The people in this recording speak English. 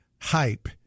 hype